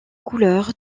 couleurs